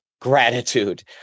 gratitude